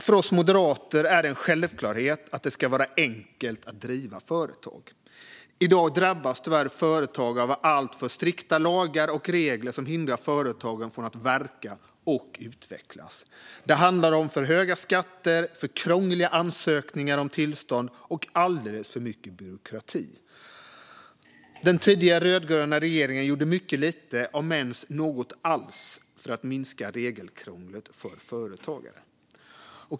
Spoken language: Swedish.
För oss moderater är det en självklarhet att det ska vara enkelt att driva företag. I dag drabbas tyvärr företagare av alltför strikta lagar och regler som hindrar företagen från att verka och utvecklas. Det handlar om för höga skatter, för krångliga ansökningar om tillstånd och alldeles för mycket byråkrati. Den tidigare rödgröna regeringen gjorde mycket lite, om ens något alls, för att minska regelkrånglet för företagare.